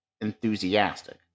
enthusiastic